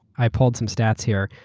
i pulled some stats here,